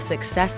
Success